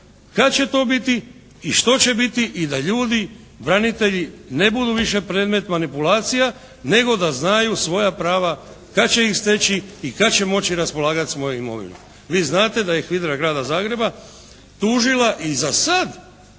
kad će to biti i što će biti i da ljudi, branitelji ne budu više predmet manipulacija, nego da znaju svoja prva kad će ih steći i kad će moći raspolagati svojom imovinom. Vi znate da je HVIDR-a Grada Zagreba tužila i za sad